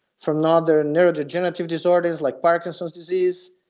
from other neurodegenerative disorders like parkinson's disease,